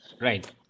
right